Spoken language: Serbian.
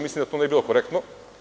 Mislim da to ne bi bilo korektno.